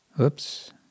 Oops